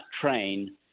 train